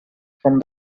from